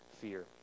fear